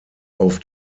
auf